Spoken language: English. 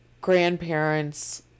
grandparents